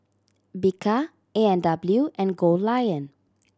Bika A and W and Goldlion